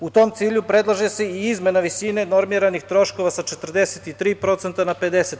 U tom cilju, predlaže se i izmena visine normiranih troškova sa 43% na 50%